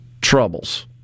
troubles